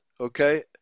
okay